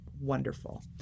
wonderful